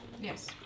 Yes